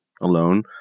alone